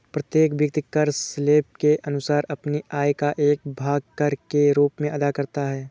प्रत्येक व्यक्ति कर स्लैब के अनुसार अपनी आय का एक भाग कर के रूप में अदा करता है